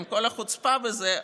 עם כל החוצפה בזה,